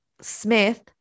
Smith